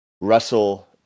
Russell